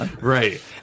Right